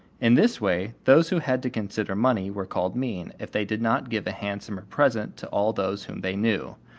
in this way those who had to consider money were called mean if they did not give a handsome present to all those whom they knew,